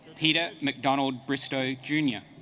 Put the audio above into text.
peter mcdonald bristow jr.